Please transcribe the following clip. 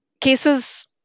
cases